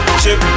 chip